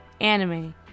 anime